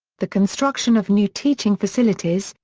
the construction of new teaching facilities,